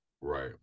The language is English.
Right